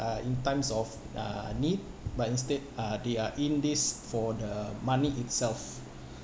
in times of uh need but instead uh they are in this for the money itself